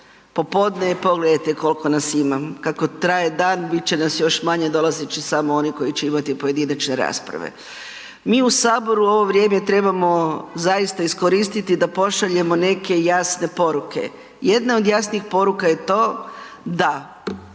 popodne je pogledajte koliko nas ima, kako traje dan bit će nas još manje. Dolazit će samo oni koji će imati pojedinačne rasprave. Mi u Saboru u ovo vrijeme trebamo zaista iskoristiti da pošaljemo neke jasne poruke. Jedna od jasnih poruka je to da